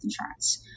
insurance